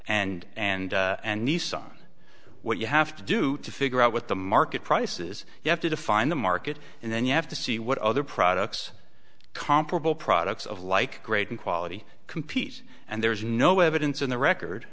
holland and and and nissan what you have to do to figure out what the market prices you have to define the market and then you have to see what other products are comparable products of like great and quality compete and there is no evidence in the record